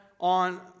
on